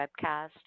webcast